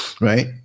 right